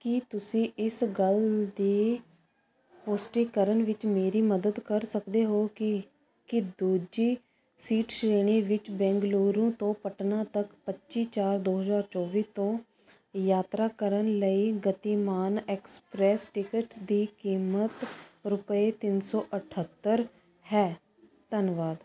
ਕੀ ਤੁਸੀਂ ਇਸ ਗੱਲ ਦੀ ਪੁਸ਼ਟੀ ਕਰਨ ਵਿੱਚ ਮੇਰੀ ਮਦਦ ਕਰ ਸਕਦੇ ਹੋ ਕਿ ਕੀ ਦੂਜੀ ਸੀਟ ਸ਼੍ਰੇਣੀ ਵਿੱਚ ਬੈਂਗਲੁਰੂ ਤੋਂ ਪਟਨਾ ਤੱਕ ਪੱਚੀ ਚਾਰ ਦੋ ਹਜ਼ਾਰ ਚੋਲੀ ਤੋਂ ਯਾਤਰਾ ਕਰਨ ਲਈ ਗਤੀਮਾਨ ਐਕਸਪ੍ਰੈਸ ਟਿਕਟ ਦੀ ਕੀਮਤ ਰੁਪਏ ਤਿੰਨ ਸੋ ਅਠੱਤਰ ਹੈ ਧੰਨਵਾਦ